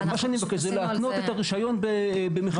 מה שאני מבקש זה להתנות את הרישיון במחיר הבדיקה.